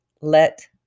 Let